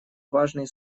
важные